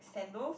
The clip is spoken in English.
sandals